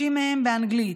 60 מהן באנגלית.